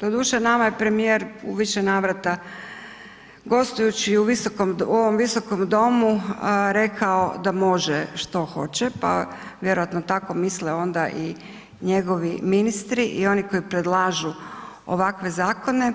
Doduše, nama je premijer u više navrata gostujući u ovom Visokom domu rekao da može što hoće pa vjerojatno tako misle onda i njegovi ministri i oni koji predlažu ovakve zakone,